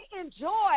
enjoy